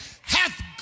Hath